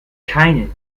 keine